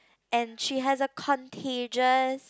and she has a contagious